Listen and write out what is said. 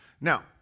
now